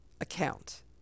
account